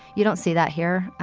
you don't see that here.